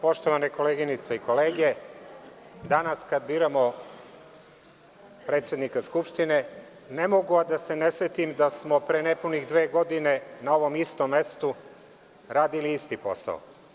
Poštovane koleginice i kolege, danas kada biramo predsednika Skupštine, ne mogu a da se ne setim da smo pre nepune dve godine na ovom istom mestu radili isti posao.